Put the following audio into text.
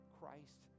Christ